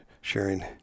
sharing